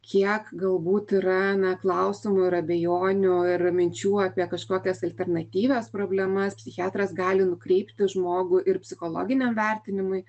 kiek galbūt yra na klausimų ir abejonių ir minčių apie kažkokias alternatyvias problemas psichiatras gali nukreipti žmogų ir psichologiniam vertinimui